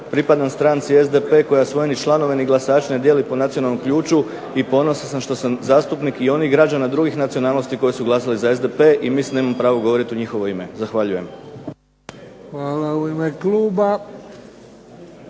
Pripadam stranci SDP koja svoje ni članove ni glasače ne dijeli po nacionalnom ključu i ponosan sam što sam zastupnik i onih građana drugih nacionalnosti koje su glasale za SDP i mislim da imam pravo govoriti u njihovo ime. Zahvaljujem. **Bebić, Luka